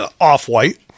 Off-white